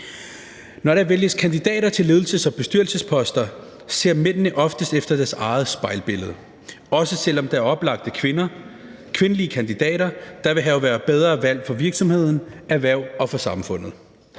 Når der vælges kandidater til ledelses- og bestyrelsesposter, ser mændene oftest efter deres eget spejlbillede, også selv om der er oplagte kvinder, kvindelige kandidater, der ville have været bedre valg for virksomheden, erhvervet og samfundet.